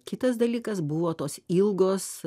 kitas dalykas buvo tos ilgos